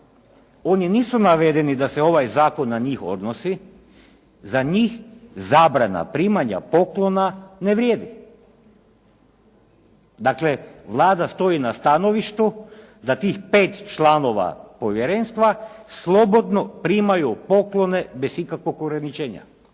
oni nisu navedeni da se ovaj zakon na njih odnosi, za njih zabrana primanja poklona ne vrijedi. Dakle, Vlada stoji na stanovištu da tih 5 članova povjerenstva slobodno primaju poklone bez ikakvog ograničenja.